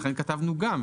לכן כתבנו "גם".